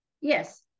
Yes